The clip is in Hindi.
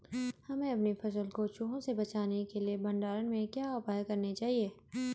हमें अपनी फसल को चूहों से बचाने के लिए भंडारण में क्या उपाय करने चाहिए?